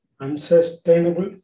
unsustainable